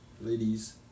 Ladies